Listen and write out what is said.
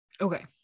okay